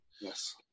Yes